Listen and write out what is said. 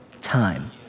time